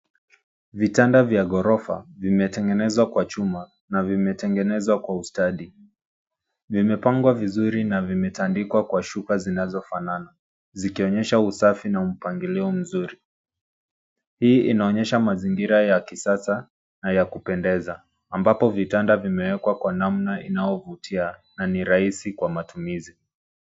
Vitanda vya gorofa vimetengenezwa kwa chuma na vimetengenezwa kwa ustadi. Vimepangwa vizuri na vimetandikwa kwa shuka zinazofanana zikionyesha usafi na mpangilio mzuri. Hii inaonyesha mazingira ya kisasa na ya kupendeza ambapo vitanda vimewekwa kwa namna inayovutia na ni rahisi kwa matumizi.